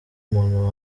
muntu